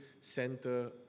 center